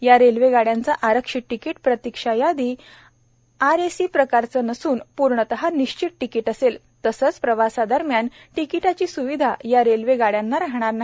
या रेल्वे गाड्यांचं आरक्षित तिकीट प्रतिक्षा यादी आरएसी प्रकारचं नसून पूर्णत निश्चित तिकीट असेल तसंच प्रवासादरम्यान तिकिटाची सुविधा या रेल्वे गाड्यांना राहणार नाही